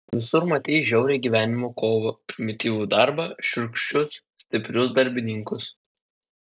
visur matei žiaurią gyvenimo kovą primityvų darbą šiurkščius stiprius darbininkus